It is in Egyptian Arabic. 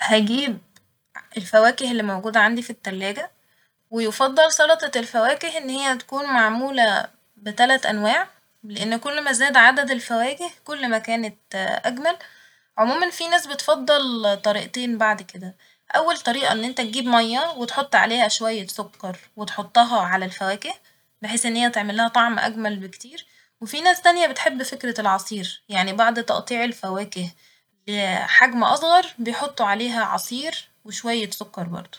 هجيب الفواكه اللي موجودة عندي في التلاجة ويفضل سلطة الفواكه إن هي تكون معمولة بتلت أنواع لإن كل ما زاد عدد الفواكه كل ما كانت أجمل ، عموما في ناس بتفضل طريقتين بعد كده ، أول طريقة ان انت تجيب مية وبعدين تحط عليها شوية سكر وتحطها على الفواكه بحيث إنها تعملها طعم أجمل بكتير ، وفي ناس تانية بتحب فكرة العصير ، يعني بعد تقطيع الفواكه بحجم أصغر بيحطو عليها عصير وشوية سكر برضه